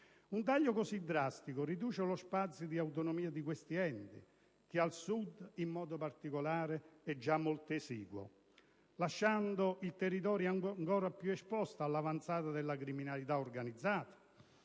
Un taglio così drastico riduce lo spazio di autonomia di questi enti, che al Sud in modo particolare è già molto esiguo, lasciando il territorio ancora più esposto all'avanzata della criminalità organizzata,